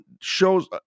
shows